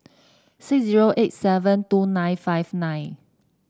six zero eight seven two nine five nine